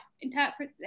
interpret